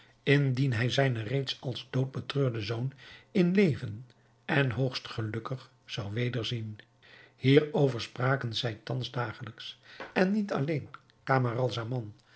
indien hij zijnen reeds als dood betreurden zoon in leven en hoogst gelukkig zou wederzien hier over spraken zij thans dagelijks en niet alleen